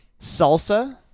salsa